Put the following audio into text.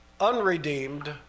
unredeemed